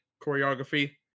choreography